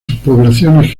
subpoblaciones